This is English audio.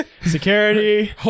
Security